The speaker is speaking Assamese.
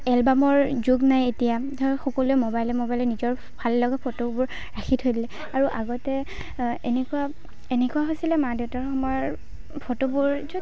এলবামৰ যুগ নাই এতিয়া ধৰক সকলোৱে মবাইলে মবাইলে নিজৰ ভাললগা ফটোবোৰ ৰাখি থৈ দিলে আৰু আগতে এনেকুৱা এনেকুৱা হৈছিলে মা দেউতাৰ সময়ৰ ফটোবোৰ য'ত